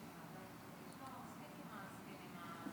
שלמה, מספיק עם הספין הזה.